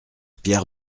pierre